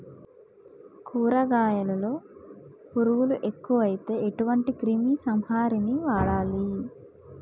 కూరగాయలలో పురుగులు ఎక్కువైతే ఎటువంటి క్రిమి సంహారిణి వాడాలి?